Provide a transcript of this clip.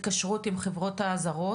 התקשרות עם החברות הזרות.